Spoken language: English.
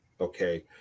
okay